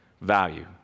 value